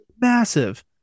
Massive